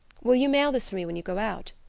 will you mail this for me when you go out?